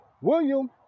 William